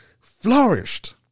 flourished